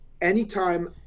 Anytime